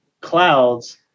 clouds